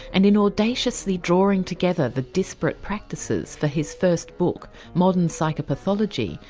and in audaciously drawing together the disparate practices for his first book modern psychopathology,